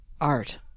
art